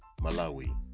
Malawi